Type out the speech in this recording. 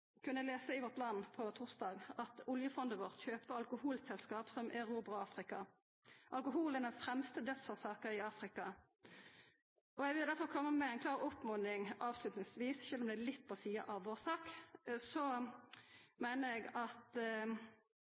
kunne på torsdag lesa i Vårt Land at «oljefondet kjøper alkoholselskap som erobrar Afrika». Alkohol er den fremste dødsårsaka i Afrika. Eg vil difor koma med ei klar oppmoding avslutningsvis, sjølv om det er litt på sida av vår sak: Eg meiner at